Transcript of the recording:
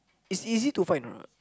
it's easy to find or not